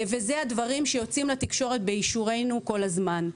ואלה הדברים שיוצאים לתקשורת באישורנו כל הזמן.